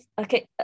okay